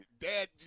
Dad